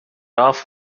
off